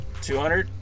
200